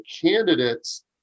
candidates